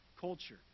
culture